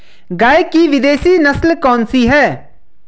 गाय की विदेशी नस्ल कौन सी है?